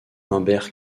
humbert